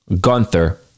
Gunther